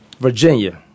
Virginia